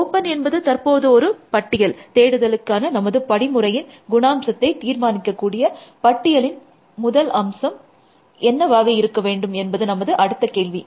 open என்பது தற்போது ஒரு பட்டியல் தேடுதலுக்கான நமது படிமுறையின் குணாம்சத்தை தீர்மானிக்க கூடிய பட்டியலின் முதல் அம்சம் என்னவாக இருக்க வேண்டும் என்பது நமது அடுத்த கேள்வி